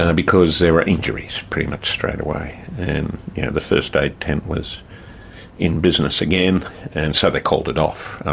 and because there were injuries pretty much straightaway. and the first eight, ten was in business again and so they called it off.